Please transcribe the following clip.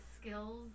skills